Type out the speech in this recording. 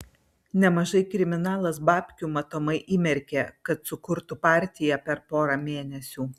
nemažai kriminalas babkių matomai įmerkė kad sukurtų partiją per porą mėnesių